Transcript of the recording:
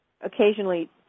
occasionally